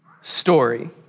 story